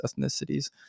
ethnicities